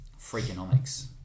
freakonomics